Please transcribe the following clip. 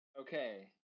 Okay